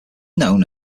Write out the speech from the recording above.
known